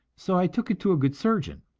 so i took it to a good surgeon.